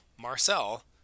Marcel